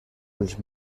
els